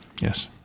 Yes